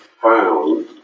found